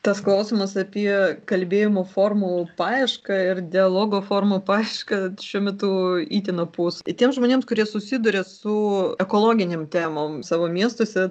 tas klausimas apie kalbėjimo formų paiešką ir dialogo formų paiešką šiuo metu itin opus tiems žmonėms kurie susiduria su ekologinėm temom savo miestuose